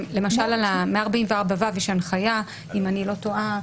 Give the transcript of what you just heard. למשל, על 144ו יש הנחיה, אם אני לא טועה,